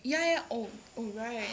ya ya oh oh right